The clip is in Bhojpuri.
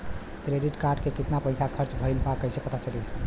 क्रेडिट कार्ड के कितना पइसा खर्चा भईल बा कैसे पता चली?